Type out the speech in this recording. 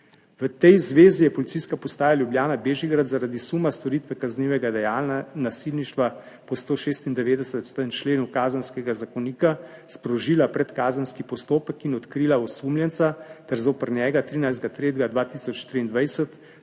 V tej zvezi je Policijska postaja Ljubljana Bežigrad zaradi suma storitve kaznivega dejanja nasilništva po 196. členu Kazenskega zakonika sprožila predkazenski postopek in odkrila osumljenca ter zoper njega 13. 3. 2023